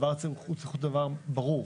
הוא צריך להיות דבר ברור,